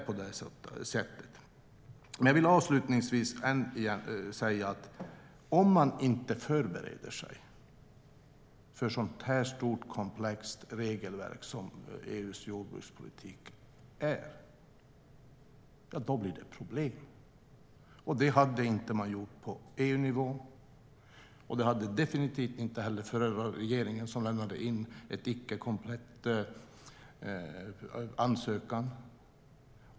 Låt mig avslutningsvis säga att om man inte förbereder sig för ett sådant här stort och komplext regelverk som EU:s jordbrukspolitik är blir det problem. Det gjorde man inte på EU-nivå, och det gjorde definitivt inte den förra regeringen, som lämnade in en icke komplett ansökan.